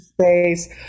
space